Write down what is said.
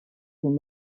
con